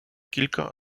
кілька